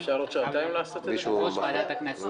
חייב להיות לפי התקנון יושב-ראש ועדת הכנסת.